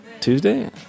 Tuesday